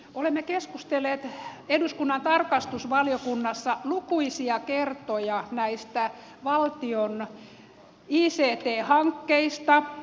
olemme keskustelleet eduskunnan tarkastusvaliokunnassa lukuisia kertoja näistä valtion ict hankkeista